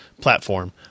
platform